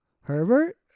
Herbert